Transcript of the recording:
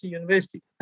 university